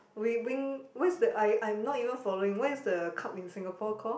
we win what's the I I'm not even following what is the cup in Singapore called